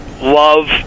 love